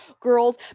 girls